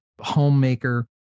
homemaker